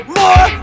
more